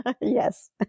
yes